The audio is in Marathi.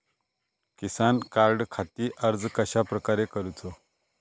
किसान कार्डखाती अर्ज कश्याप्रकारे करूचो?